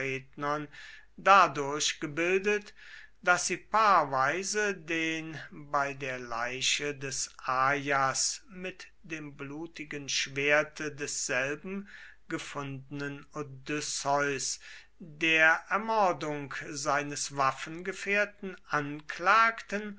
dadurch gebildet daß sie paarweise den bei der leiche des aias mit dem blutigen schwerte desselben gefundenen odysseus der ermordung seines waffengefährten anklagten